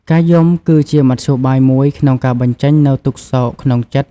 ការយំគឺជាមធ្យោបាយមួយក្នុងការបញ្ចេញនូវទុក្ខសោកក្នុងចិត្ត។